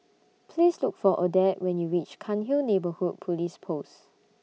Please Look For Odette when YOU REACH Cairnhill Neighbourhood Police Post